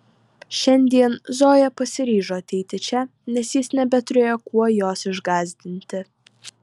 šiandien zoja pasiryžo ateiti čia nes jis nebeturėjo kuo jos išgąsdinti